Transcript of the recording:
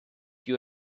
you